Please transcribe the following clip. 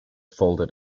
folded